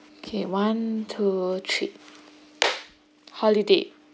okay one two three holiday